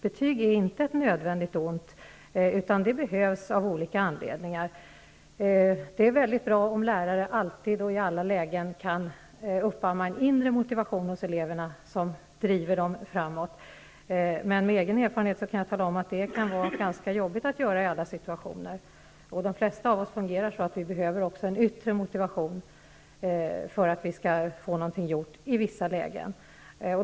Betygen är inte ett nödvändigt ont, utan de behövs av olika anledningar. Det är väldigt bra om lärarna alltid och i alla lägen kan uppamma en inre motivation hos eleverna, som driver dem framåt. Med egna erfarenheter jag jag tala om att det kan vara ganska jobbigt att försöka göra det i alla situationer. De flesta av oss fungerar så att vi behöver en yttre motivation för att vi skall få någonting gjort i vissa lägen.